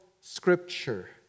Scripture